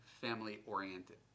family-oriented